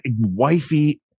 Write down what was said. wifey